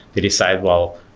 they decide well,